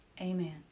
amen